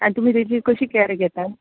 आनी तुमी तेची कशी कॅर घेतात